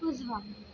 उजवा